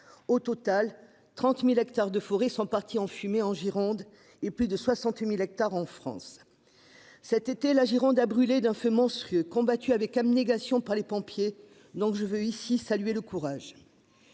Au total, 30 000 hectares de forêts sont partis en fumée en Gironde et plus de 60 000 hectares en France. Durant l'été 2022, la Gironde a brûlé d'un feu monstrueux, combattu avec abnégation par les pompiers dont je veux ici saluer le courage.